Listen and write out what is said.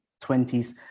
20s